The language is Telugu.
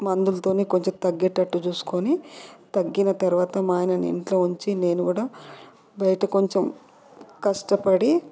మందులతోనే కొంచెం తగ్గేటట్టు చూసుకొని తగ్గిన తర్వాత మా ఆయనను ఇంట్లో ఉంచి నేను కూడా బయట కొంచెం కష్టపడి